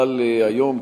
אבל היום,